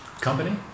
company